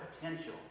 potential